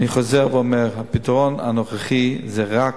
אני חוזר ואומר, הפתרון הנוכחי זה רק